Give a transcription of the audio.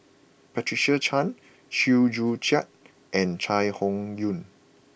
Patricia Chan Chew Joo Chiat and Chai Hon Yoong